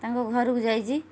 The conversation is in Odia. ତାଙ୍କ ଘରକୁ ଯାଇଛି